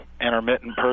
intermittent